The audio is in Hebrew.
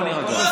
בוא נירגע.